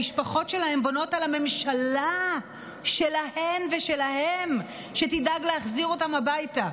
המשפחות שלהם בונות על הממשלה שלהן ושלהם שתדאג להחזיר אותם הביתה.